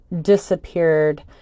disappeared